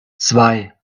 zwei